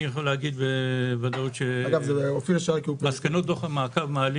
אני יכול להגיד בוודאות שמסקנות דוח המעקב מעלים